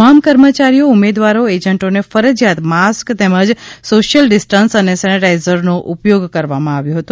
તમામ કર્મચારીઓ ઉમેદવારો એજન્ટોને ફરજીયાત માસ્ક તેમજ સોશિયલ ડિસ્ટન્સ અને સેનેટાઇઝરનો ઉપયોગ કરાવવામાં આવ્યો હતો